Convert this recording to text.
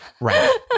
Right